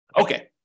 Okay